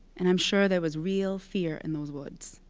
and i'm sure there was real fear in those woods,